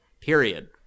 period